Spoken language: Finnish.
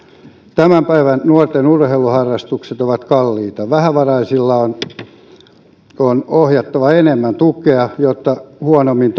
tämän päivän nuorten urheiluharrastukset ovat kalliita vähävaraisille on on ohjattava enemmän tukea jotta huonommin